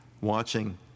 watching